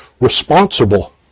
responsible